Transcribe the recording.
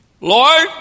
Lord